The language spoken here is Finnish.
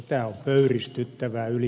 tämä on pöyristyttävää yli